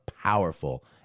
powerful